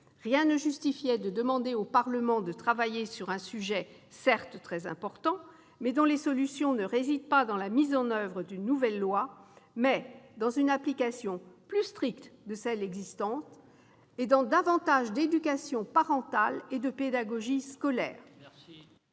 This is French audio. Rien ne justifiait de demander au Parlement de travailler sur un problème certes très important, mais dont les solutions résident non pas dans la mise en oeuvre d'une nouvelle loi, mais dans une application plus stricte de la loi actuelle et dans un renforcement de l'éducation parentale et de la pédagogie scolaire.